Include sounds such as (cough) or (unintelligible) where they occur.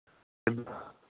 (unintelligible)